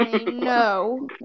No